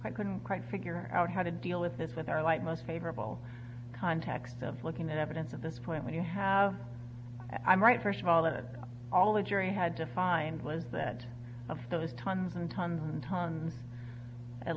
i couldn't quite figure out how to deal with this with our light most favorable context of looking at evidence at this point when you have i'm right first of all that all the jury had to find was that of those tons and tons and tons at